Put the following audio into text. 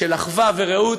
של אחווה ורעות,